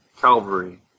Calvary